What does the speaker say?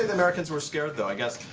americans who are scared, though, i guess?